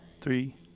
Three